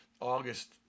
August